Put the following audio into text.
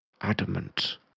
adamant